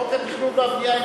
חוק התכנון והבנייה,